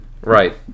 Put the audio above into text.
right